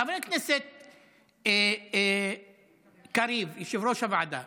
חבר הכנסת קריב, יושב-ראש הוועדה,